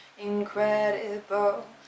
Incredible